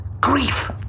grief